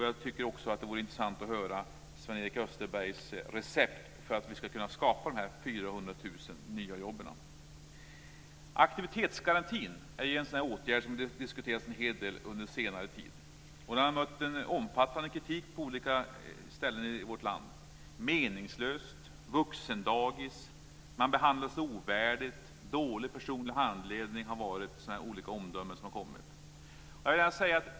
Jag tycker att det vore intressant att höra Sven-Erik Österbergs recept för hur vi ska kunna skapa de här 400 000 nya jobben. Aktivitetsgarantin är en åtgärd som har diskuterats en hel del under senare tid. Den har mött en omfattande kritik på olika ställen i vårt land. Olika omdömen har varit att den är meningslös, att det är ett vuxendagis, att man behandlas ovärdigt och att det är dålig personlig handledning.